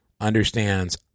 understands